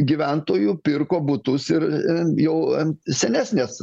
gyventojų pirko butus ir jau ant senesnės